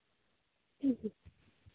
ᱦᱮᱸ ᱦᱮᱸ